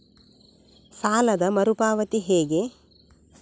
ಸಾಲದ ಮರು ಪಾವತಿ ಹೇಗೆ?